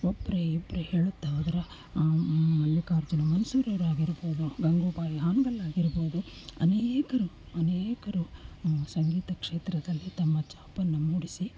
ಒಬ್ಬರೇ ಇಬ್ಬರೇ ಹೇಳುತ್ತಾ ಹೋದರೆ ಮಲ್ಲಿಕಾರ್ಜುನ ಮನ್ಸೂರವರಾಗಿರ್ಬೋದು ಗಂಗೂಬಾಯಿ ಹಾನಗಲ್ ಆಗಿರ್ಬೋದು ಅನೇಕರು ಅನೇಕರು ಸಂಗೀತ ಕ್ಷೇತ್ರದಲ್ಲಿ ತಮ್ಮ ಛಾಪನ್ನು ಮೂಡಿಸಿ